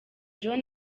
john